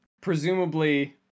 presumably